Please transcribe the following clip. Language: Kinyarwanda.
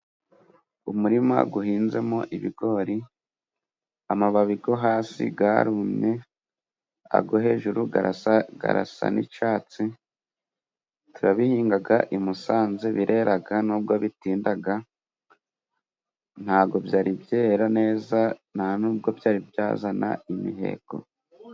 Umurima uhinzemo ibigori amababi yo hasi arumye ayo hejuru asa n'icyatsi, turabihinga I Musanze birera nubwo bitinda ntago byari byera neza, nta nubwo byari byazana imiheko.